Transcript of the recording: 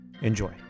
Enjoy